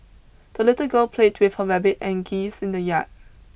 the little girl played with her rabbit and geese in the yard